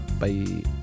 Bye